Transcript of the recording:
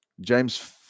James